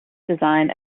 design